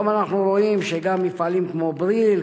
היום אנחנו רואים שגם מפעלים כמו "בריל",